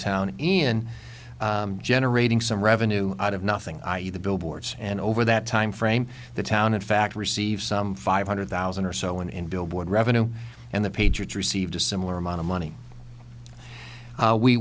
town in generating some revenue out of nothing i e the billboards and over that time frame the town in fact receive some five hundred thousand or so and billboard revenue and the patriots received a similar amount of money